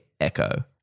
Echo